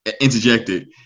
interjected